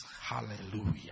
Hallelujah